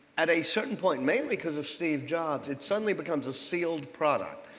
at a certain point, mainly because of steve jobs, it suddenly becomes a sealed product.